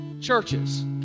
churches